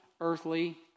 earthly